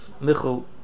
Michal